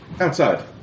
outside